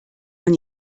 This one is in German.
man